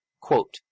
Quote